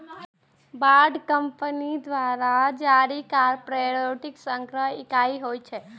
bond company द्वारा जारी corporate ऋणक इकाइ होइ छै